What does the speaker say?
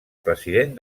president